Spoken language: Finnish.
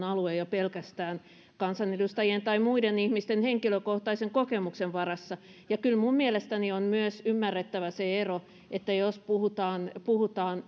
alue ja pelkästään kansanedustajien tai muiden ihmisten henkilökohtaisen kokemuksen varassa ja kyllä minun mielestäni on myös ymmärrettävä se ero että jos puhutaan puhutaan